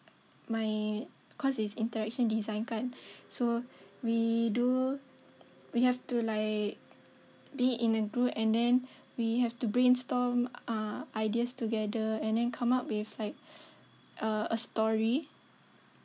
my course is interaction design kan so we do we have to like be in a group and then we have to brainstorm uh ideas together and then come up with like uh a story